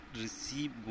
receive